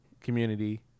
community